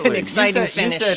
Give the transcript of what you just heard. um exciting finish.